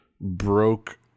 broke